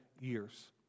years